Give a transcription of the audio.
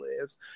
lives